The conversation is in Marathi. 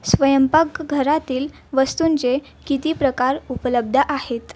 स्वयंपाकघरातील वस्तूंचे किती प्रकार उपलब्ध आहेत